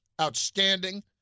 outstanding